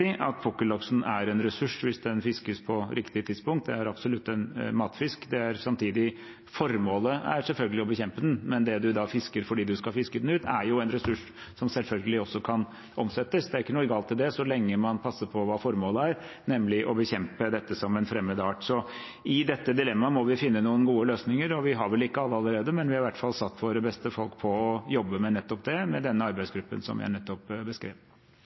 absolutt en matfisk. Samtidig er formålet selvfølgelig å bekjempe den, men det man da fisker fordi man skal fiske den ut, er en ressurs som selvfølgelig også kan omsettes. Det er ikke noe galt i det, så lenge man passer på hva formålet er, nemlig å bekjempe dette som en fremmed art. Så i dette dilemmaet må vi finne noen gode løsninger. Vi har vel ikke alle allerede, men vi har i hvert fall satt våre beste folk på å jobbe med nettopp det, med denne arbeidsgruppen som jeg nettopp beskrev.